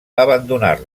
abandonar